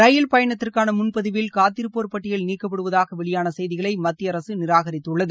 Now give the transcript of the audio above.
ரயில் பயணத்திற்கான முன்பதிவில் காத்திருப்போர் பட்டியல் நீக்கப்படுவதாக வெளியான செய்திகளை மத்திய அரசு நிராகரித்துள்ளது